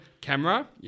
camera